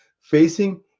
facing